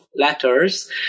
letters